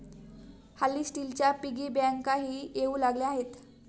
हल्ली स्टीलच्या पिगी बँकाही येऊ लागल्या आहेत